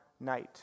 night